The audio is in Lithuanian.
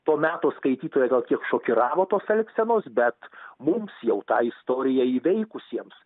to meto skaitytoją gal kiek šokiravo tos elgsenos bet mums jau tą istoriją įveikusiems